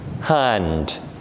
hand